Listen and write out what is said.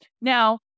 Now